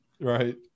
Right